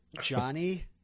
Johnny